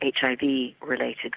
HIV-related